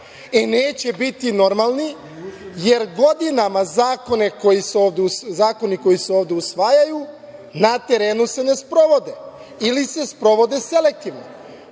E, neće biti normalni, jer godinama zakoni koji se ovde usvajaju, na terenu se ne sprovode, ili se sprovode selektivno. Gospodo